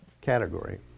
category